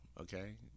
okay